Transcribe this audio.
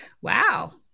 wow